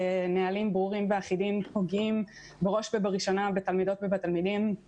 אני יודע שיש בתי ספר שמזמינים את חוש"ן לפעילות ומעדיפים שלא